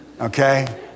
Okay